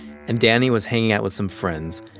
and danny was hanging out with some friends,